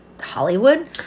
Hollywood